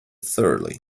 thoroughly